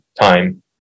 time